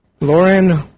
Lauren